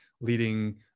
leading